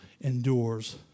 endures